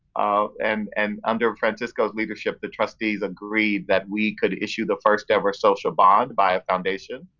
ah and and under francisco's leadership, the trustees agreed that we could issue the first ever social bond by a foundation,